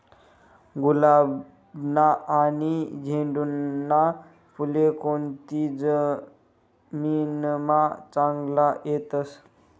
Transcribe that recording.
गुलाबना आनी झेंडूना फुले कोनती जमीनमा चांगला येतस?